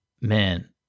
Man